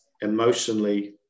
emotionally